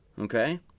okay